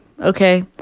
Okay